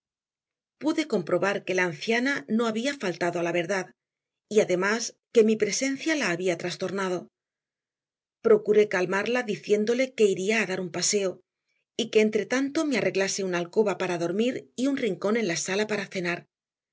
pude comprobar que la anciana no había faltado a la verdad y además que mi presencia la había trastornado procuré calmarla diciéndole que iría a dar un paseo y que entretanto me arreglase una alcoba para dormir y un rincón en la sala para cenar